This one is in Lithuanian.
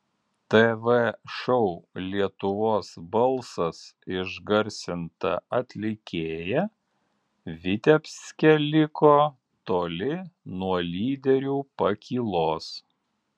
tv šou lietuvos balsas išgarsinta atlikėja vitebske liko toli nuo lyderių pakylos